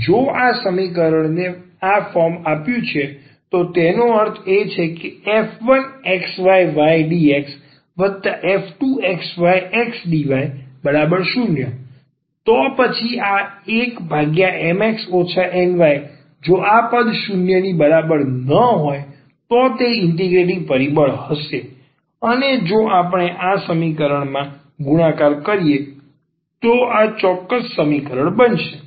જો આ સમીકરણને આ ફોર્મ આપ્યું છે તો તેનો અર્થ એ છે f1xyydxf2xyxdy0 તો પછી આ 1Mx Nyજો આ પદ 0 ની બરાબર ન હોય તો તે ઇન્ટીગ્રેટિંગ પરિબળ હશે અને જો આપણે આ સમીકરણમાં ગુણાકાર કરીએ તો આ ચોક્કસ સમીકરણ બનશે